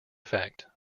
effect